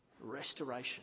restoration